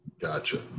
Gotcha